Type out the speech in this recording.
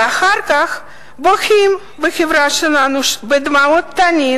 ואחר כך בוכים בחברה שלנו בדמעות תנין